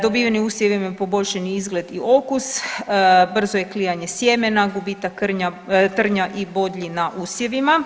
Dobiveni usjevi imaju poboljšani izgled i okus, brzo je klijanje sjemena, gubitak trnja i bodlji na usjevima.